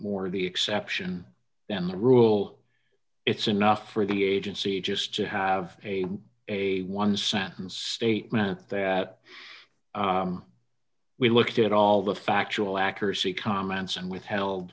of the exception than the rule it's enough for the agency just to have a a one sentence statement that we looked at all the factual accuracy comments and withheld